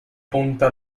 punta